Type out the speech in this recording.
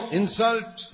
insult